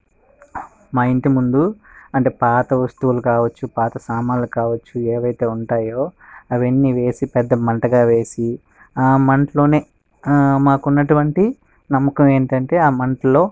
మా ఇంటి ముందు అంటే పాత వస్తువులు కావచ్చు పాత సామాన్లు కావచ్చు ఏవైతే ఉంటాయో అవన్నీ వేసి పెద్ద మంటగా వేసి ఆ మంటలో మాకు ఉన్నటువంటి నమ్మకం ఏంటంటే ఆ మంటలో